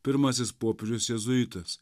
pirmasis popiežius jėzuitas